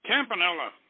Campanella